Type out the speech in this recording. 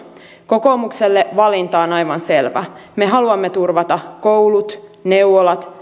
kokoomukselle valinta on aivan selvä me haluamme turvata koulut neuvolat